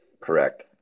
Correct